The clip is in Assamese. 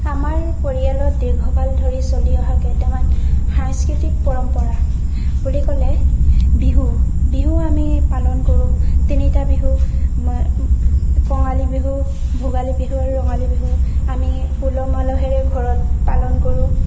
আমাৰ পৰিয়ালত দীৰ্ঘকাল ধৰি চলি অহা কিছুমান সাংস্কৃতিক পৰম্পৰা বুলি ক'লে বিহু বিহু আমি পালন কৰোঁ তিনিটা বিহু কঙালী বিহু ভোগালী বিহু ৰঙালী বিহু আমি উলহ মালহেৰে ঘৰত পালন কৰোঁ